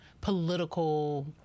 political